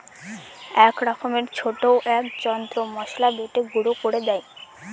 এক রকমের ছোট এক যন্ত্র মসলা বেটে গুঁড়ো করে দেয়